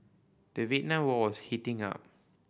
the Vietnam War was heating up